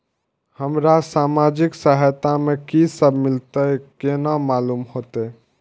हमरा सामाजिक सहायता में की सब मिलते केना मालूम होते?